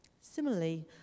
Similarly